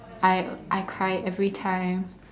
I I cry every time